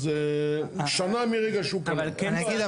אז שנה מרגע שהוא פתח, אין בעיה.